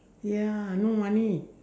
ya no money